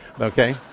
Okay